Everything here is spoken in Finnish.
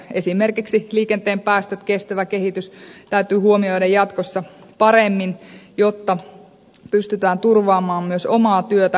esimerkiksi liikenteen päästöt kestävä kehitys täytyy huomioida jatkossa paremmin jotta pystytään turvaamaan myös omaa työtä kotimaista tuotantoa